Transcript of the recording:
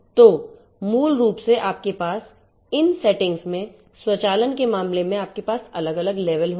तो मूल रूप से आपके पास इन सेटिंग्स में स्वचालन के मामले में आपके पास अलग अलग लेवल होंगे